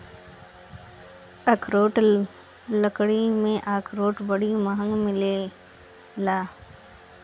कठोर लकड़ी में अखरोट बड़ी महँग मिलेला